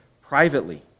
Privately